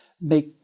make